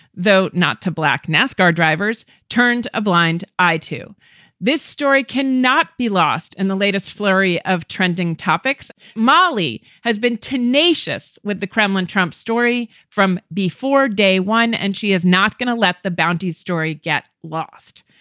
though not to black nascar drivers turned a blind eye to this story can not be lost in the latest flurry of trending topics. molly has been tenacious with the kremlin trump story from before day one, and she is not going to let the bounty story get lost.